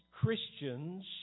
Christians